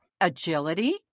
agility